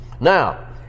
Now